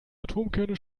atomkerne